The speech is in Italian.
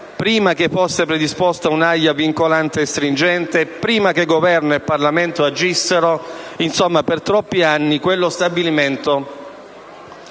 prima che fosse predisposta un'AIA vincolante e stringente e prima che Governo e Parlamento agissero, insomma per troppi anni, quello stabilimento